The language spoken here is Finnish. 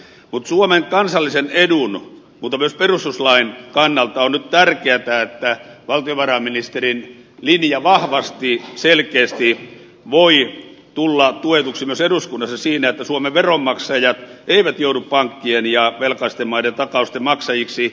mutta suomen kansallisen edun kuten myös perustuslain kannalta on nyt tärkeätä että valtiovarainministerin linja vahvasti selkeästi voi tulla tuetuksi myös eduskunnassa siinä että suomen veronmaksajat eivät joudu pankkien ja velkaisten maiden takausten maksajiksi